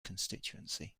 constituency